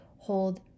Hold